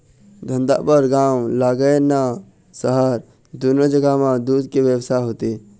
धंधा बर गाँव लागय न सहर, दूनो जघा म दूद के बेवसाय होथे